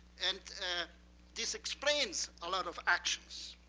and this explains a lot of actions.